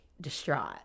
distraught